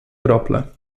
krople